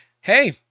Hey